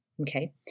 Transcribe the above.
Okay